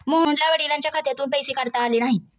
मोहनला वडिलांच्या खात्यातून पैसे काढता आले नाहीत